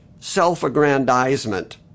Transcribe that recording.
self-aggrandizement